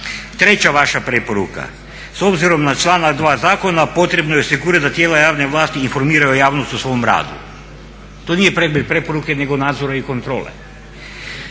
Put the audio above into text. Treća vaša preporuka. S obzirom na članak 2. Zakona potrebno je osigurati da tijela javne vlasti informiraju javnost o svom radu. To nije preporuke, nego nadzora i kontrole.